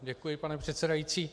Děkuji, paní předsedající.